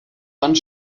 wand